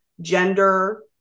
gender